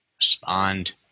respond